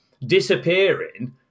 disappearing